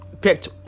picked